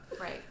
Right